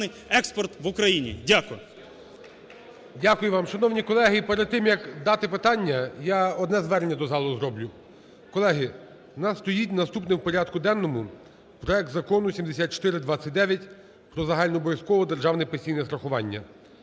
Дякую вам. Шановні колеги, перед тим, як дати питання, я одне звернення до залу зроблю. Колеги, у нас стоїть наступним в порядку денному проект Закону 7429 про загальнообов'язкове державне пенсійне страхування.